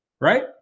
right